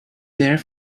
there